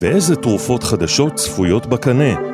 ואיזה תרופות חדשות צפויות בקנה?